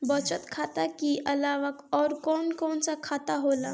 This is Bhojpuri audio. बचत खाता कि अलावा और कौन कौन सा खाता होला?